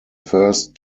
first